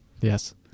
Yes